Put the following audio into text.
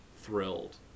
thrilled